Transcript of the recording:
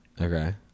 Okay